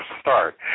start